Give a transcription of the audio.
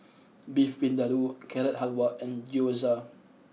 Beef Vindaloo Carrot Halwa and Gyoza